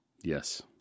Yes